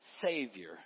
Savior